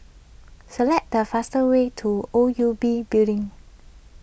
select the fastest way to O U B Building